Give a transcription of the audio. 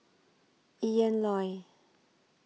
Ian Loy